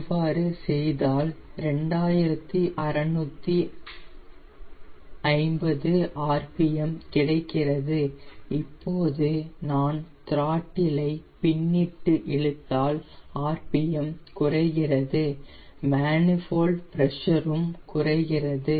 manifold பிரஷர்உம் குறைகிறது